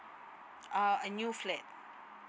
uh a new flat